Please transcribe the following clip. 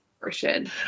portion